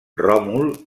ròmul